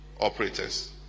operators